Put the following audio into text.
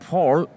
Paul